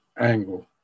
angle